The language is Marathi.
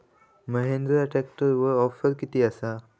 महिंद्रा ट्रॅकटरवर ऑफर किती आसा?